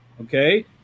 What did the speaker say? okay